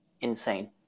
insane